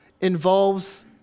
involves